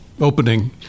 opening